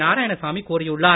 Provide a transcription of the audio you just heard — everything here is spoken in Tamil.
நாராயணசாமி கூறியுள்ளார்